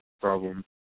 problem